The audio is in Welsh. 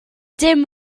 dim